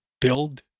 build